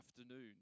afternoon